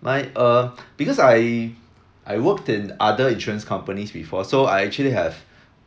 my uh because I I worked in other insurance companies before so I actually have